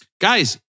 Guys